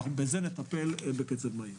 בזה נטפל בקצב מהיר.